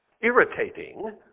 irritating